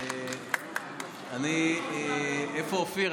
איפה אופיר?